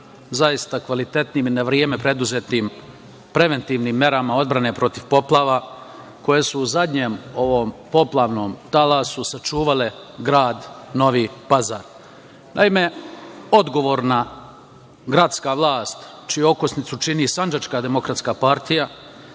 zaista kvalitetnim i na vreme preduzetim preventivnim merama odbrane protiv poplava, koje su u zadnjem poplavnom talasu sačuvale Grad Novi Pazar. Naime, odgovorna gradska vlast čiju okosnicu čini Sandžačka demokratska partija